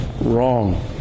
wrong